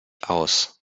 aus